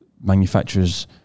Manufacturers